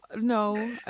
no